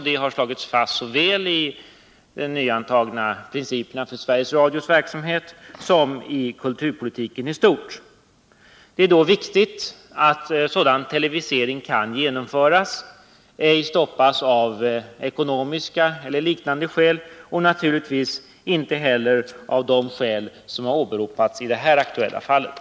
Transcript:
Det har slagits fast såväl i de nyligen antagna principerna för Sveriges Radios verksamhet som i kulturpolitiken i stort. Det är då angeläget att sådan televisering kan genomföras och att den inte stoppas av ekonomiska eller liknande skäl — och naturligtvis inte heller av de skäl som har åberopats i det här aktuella fallet.